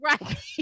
Right